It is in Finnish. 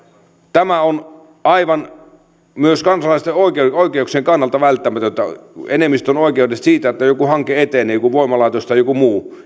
tämä on myös kansalaisten oikeuksien oikeuksien kannalta aivan välttämätöntä enemmistön oikeudet siitä että joku hanke etenee joku voimalaitos tai joku muu